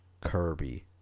kirby